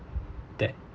that